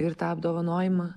ir tą apdovanojimą